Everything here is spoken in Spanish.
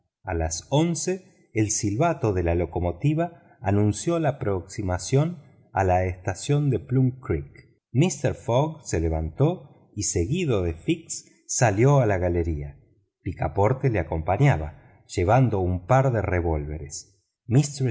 a las once el silbato de la locomotora anunció la aproximación a la estación de plum creek mister fogg se levantó y seguido de fix salió a la galería picaporte le acompañaba llevando un par de revólveres